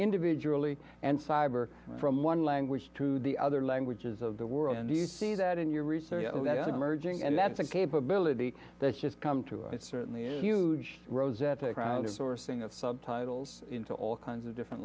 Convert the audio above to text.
individually and cyber from one language to the other languages of the world and you see that in your research merging and that's a capability that just come to certainly is a huge rosetta crowd sourcing of subtitles into all kinds of different